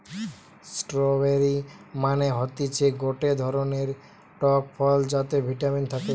strawberry মানে হতিছে গটে ধরণের টক ফল যাতে ভিটামিন থাকে